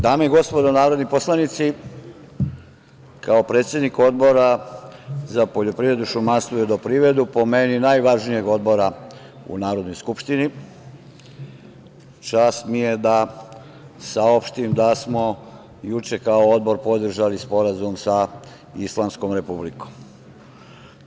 Dame i gospodo narodni poslanici, kao predsednik Odbora za poljoprivredu, šumarstvo i vodoprivredu, po meni najvažnijeg odbora u Narodnoj skupštini, čast mi je da saopštim da smo juče kao Odbor podržali sporazum sa Islamskom Republikom Iran.